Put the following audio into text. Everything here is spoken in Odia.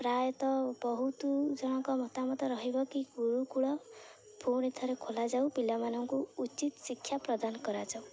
ପ୍ରାୟତଃ ବହୁତ ଜଣଙ୍କ ମତାମତ ରହିବ କି ଗୁରୁକୁଳ ପୁଣିଥରେ ଖୋଲାଯାଉ ପିଲାମାନଙ୍କୁ ଉଚିତ ଶିକ୍ଷା ପ୍ରଦାନ କରାଯାଉ